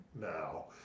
now